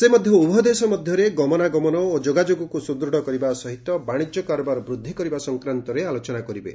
ସେ ମଧ୍ୟ ଉଭୟ ଦେଶ ମଧ୍ୟରେ ଗମନାଗମନ ଓ ଯୋଗାଯୋଗକୁ ସୁଦୃଢ କରିବା ସହିତ ବାଣିଜ୍ୟ କାରବାର ବୃଦ୍ଧି କରିବା ସଂକ୍ରାନ୍ତରେ ଆଲୋଚନା କରିବେ